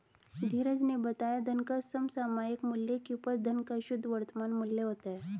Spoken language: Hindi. धीरज ने बताया धन का समसामयिक मूल्य की उपज धन का शुद्ध वर्तमान मूल्य होता है